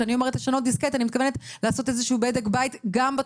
כשאני אומרת לשנות דיסקט אני מתכוונת